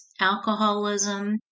alcoholism